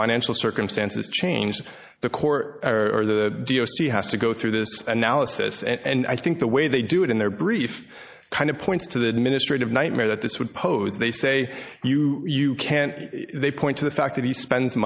financial circumstances changed the court or the d o c has to go through this analysis and i think the way they do it in their brief kind of points to the administrative nightmare that this would pose they say you you can't they point to the fact that he spends